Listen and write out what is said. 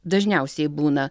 dažniausiai būna